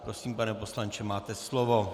Prosím, pane poslanče, máte slovo.